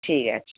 ঠিক আছে